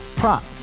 prop